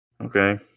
Okay